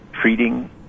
Treating